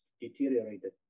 deteriorated